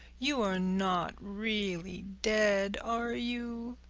you are not really dead, are you?